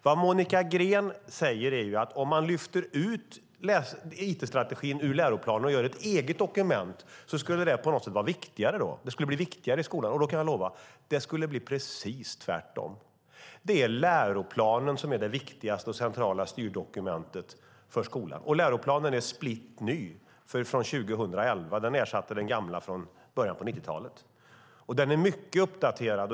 Det Monica Green säger är ju att om man lyfter ut it-strategin ur läroplanen och gör ett eget dokument av den skulle det på något sätt bli viktigare i skolan. Då kan jag lova: Det skulle bli precis tvärtom. Det är läroplanen som är det viktiga och centrala styrdokumentet för skolan. Och läroplanen är splitter ny, från 2011. Den ersatte den gamla från början av 90-talet. Den är mycket uppdaterad.